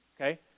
okay